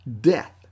death